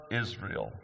Israel